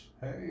Hey